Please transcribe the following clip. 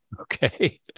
Okay